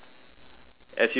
as you said like